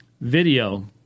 video